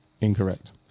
Incorrect